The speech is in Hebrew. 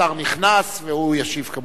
השר נכנס והוא ישיב כמובן.